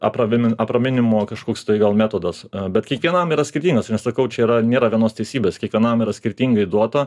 apravimi apraminimo kažkoks tai gal metodas bet kiekvienam yra skirtingas ir nesakau čia yra nėra vienos teisybės kiekvienam yra skirtingai duota